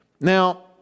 Now